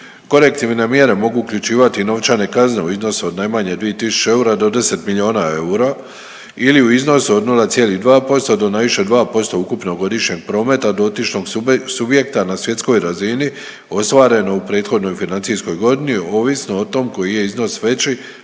Korektivne mjere mogu uključivati novčane kazne u iznosu od najmanje 2 tisuće eura do 10 milijuna eura ili u iznosu od 0,2% do najviše 2% ukupnog godišnjeg prometa dotičnog subjekta na svjetskoj razini ostvareno u prethodnoj financijskoj godini, ovisno o tom koji je iznos veći,